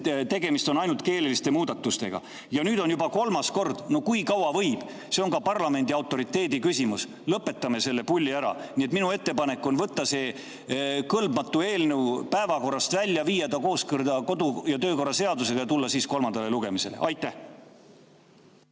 tegemist on ainult keeleliste muudatustega. Ja nüüd on juba kolmas kord. No kui kaua võib! See on ka parlamendi autoriteedi küsimus. Lõpetame selle pulli ära. Nii et minu ettepanek on võtta see kõlbmatu eelnõu päevakorrast välja, viia ta kooskõlla kodu‑ ja töökorra seadusega ja tulla siis kolmandale lugemisele. Aitäh!